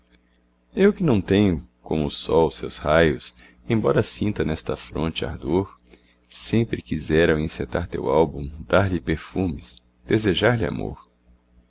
eu que não tenho como o sol seus raios embora sinta nesta fronte ardor sempre quisera ao encetar teu álbum dar-lhe perfumes desejar lhe amor